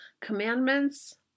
Commandments